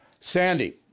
Sandy